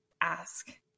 ask